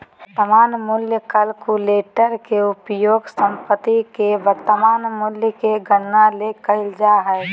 वर्तमान मूल्य कलकुलेटर के उपयोग संपत्ति के वर्तमान मूल्य के गणना ले कइल जा हइ